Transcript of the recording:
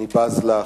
אני בז לך,